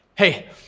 Hey